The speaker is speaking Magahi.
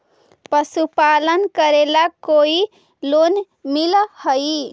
पशुपालन करेला कोई लोन मिल हइ?